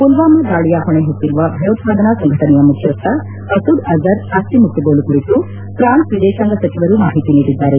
ಮಲ್ವಾಮಾ ದಾಳಿಯ ಹೊಣೆಹೊತ್ತಿರುವ ಭಯೋತ್ಪಾದನಾ ಸಂಘಟನೆಯ ಮುಖ್ಯಸ್ಥ ಮಸೂದ್ ಅಜರ್ ಆಸ್ತಿ ಮುಟ್ಟುಗೋಲು ಕುರಿತು ಫ್ರಾನ್ಸ್ ವಿದೇಶಾಂಗ ಸಚಿವರು ಮಾಹಿತಿ ನೀಡಿದ್ದಾರೆ